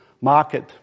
market